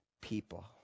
people